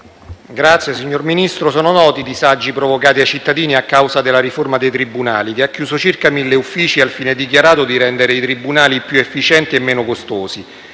*(FdI)*. Signor Ministro, sono noti i disagi provocati ai cittadini a causa della riforma dei tribunali, che ha chiuso circa mille uffici, al fine - dichiarato - di rendere i tribunali più efficienti e meno costosi.